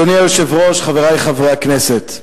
אדוני היושב-ראש, חברי חברי הכנסת,